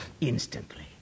instantly